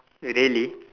really